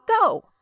go